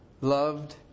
loved